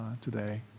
today